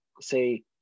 say